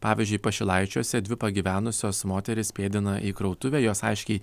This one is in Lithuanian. pavyzdžiui pašilaičiuose dvi pagyvenusios moterys pėdina į krautuvę jos aiškiai